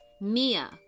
Mia